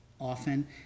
often